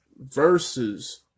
versus